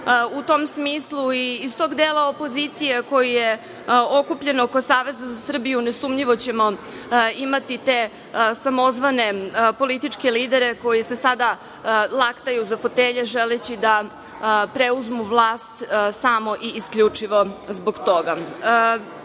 U tom smislu, iz tog dela opozicije koji je okupljen oko Saveza za Srbiju nesumnjivo ćemo imati te samozvane političke lidere koji se sada laktaju za fotelje, želeći da preuzmu vlast samo i isključivo zbog toga.